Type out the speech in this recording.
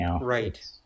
Right